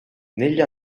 negli